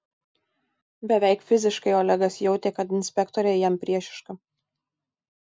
beveik fiziškai olegas jautė kad inspektorė jam priešiška